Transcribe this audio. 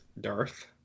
darth